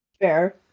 Fair